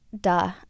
duh